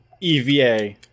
EVA